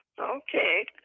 Okay